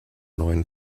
neuen